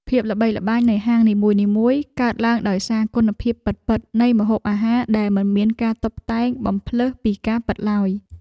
ភាពល្បីល្បាញនៃហាងនីមួយៗកើតឡើងដោយសារគុណភាពពិតៗនៃម្ហូបអាហារដែលមិនមានការតុបតែងបំផ្លើសពីការពិតឡើយ។